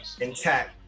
intact